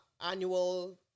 annual